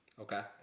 Okay